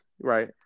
right